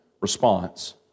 response